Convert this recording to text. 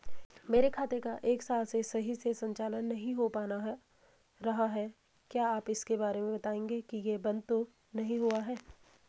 मेरे खाते का एक साल से सही से संचालन नहीं हो पाना रहा है क्या आप इसके बारे में बताएँगे कि ये बन्द तो नहीं हुआ है?